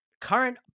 current